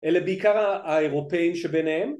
אלה בעיקר האירופאים שביניהם